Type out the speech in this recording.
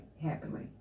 happily